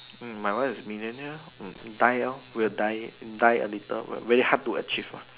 mm my wife is millionaire loh mm die loh will die die a little very hard to achieve lah